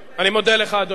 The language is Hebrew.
מודה לך, אדוני.